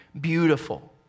beautiful